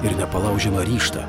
ir nepalaužiamą ryžtą